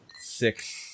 six